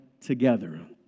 together